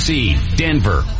Denver